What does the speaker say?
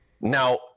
Now